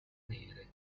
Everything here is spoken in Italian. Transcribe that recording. nere